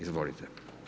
Izvolite.